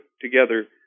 together